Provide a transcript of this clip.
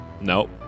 Nope